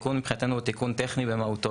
מבחינתנו, התיקון הוא תיקון טכני, מבחינתנו.